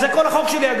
אגב, זה, כל החוק שלי.